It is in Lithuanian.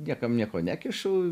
niekam nieko nekišu